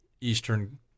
eastern